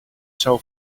soul